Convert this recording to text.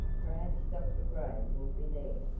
perhaps dr. gray will be there.